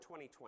2020